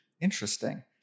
Interesting